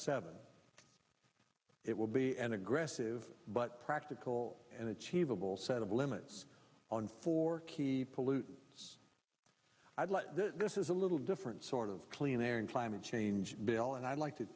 seven it will be an aggressive but practical and achievable set of limits on four keep pollutants i'd like this is a little different sort of clean air and climate change bill and i'd like to